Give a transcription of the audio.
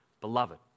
beloved